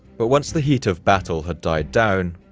but once the heat of battle had died down,